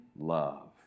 love